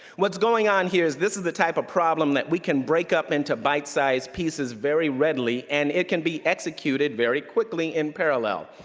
what's going on here is this is the type of problem that we can break up into bite-sized pieces very readily and it can be executed very quickly in parallel.